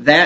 that